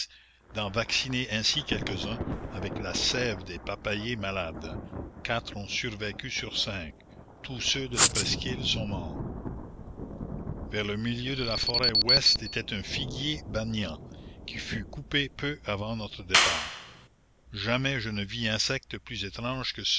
d'en vacciner ainsi quelques-uns avec la sève des papayers malades quatre ont survécu sur cinq tous ceux de la presqu'île sont morts vers le milieu de la forêt ouest était un figuier banian qui fut coupé peu avant notre départ la commune jamais je ne vis insectes plus étranges que